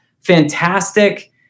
Fantastic